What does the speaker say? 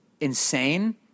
insane